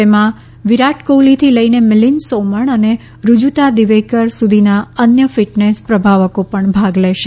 તેમાં વિરાટ કોહલીથી લઈને મિલિંદ સોમણ અને રૂજુતા દિવેકર સુધીના અન્ય ફિટનેસ પ્રભાવકો પણ ભાગ લેશે